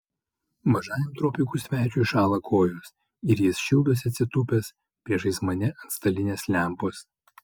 mažajam tropikų svečiui šąla kojos ir jis šildosi atsitūpęs priešais mane ant stalinės lempos